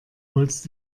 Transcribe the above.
holst